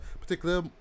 particular